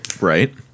right